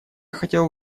хотел